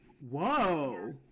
Whoa